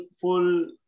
full